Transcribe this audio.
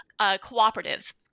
cooperatives